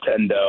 Nintendo